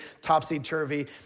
topsy-turvy